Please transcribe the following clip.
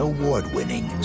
Award-winning